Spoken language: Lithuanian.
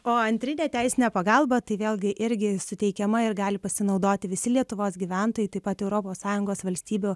o antrinę teisinę pagalbą tai vėlgi irgi suteikiama ir gali pasinaudoti visi lietuvos gyventojai taip pat europos sąjungos valstybių